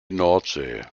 nordsee